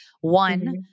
One